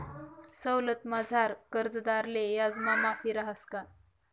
सवलतमझार कर्जदारले याजमा माफी रहास का?